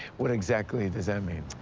what exactly does that mean?